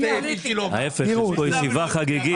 יש פה ישיבה חגיגית,